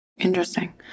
Interesting